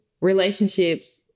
relationships